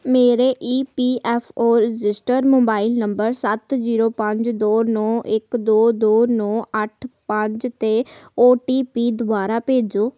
ਮੇਰੇ E P F O registered mobile number ਸੱਤ zero ਪੰਜ ਦੋ ਨੌਂ ਇੱਕ ਦੋ ਦੋ ਨੌਂ ਅੱਠ ਪੰਜ 'ਤੇ ਓ ਟੀ ਪੀ ਦੁਬਾਰਾ ਭੇਜੋ